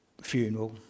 funeral